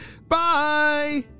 Bye